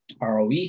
ROE